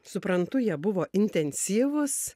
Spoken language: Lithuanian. suprantu jie buvo intensyvūs